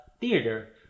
theater